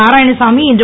நாராயணசாமி இன்று